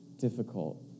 difficult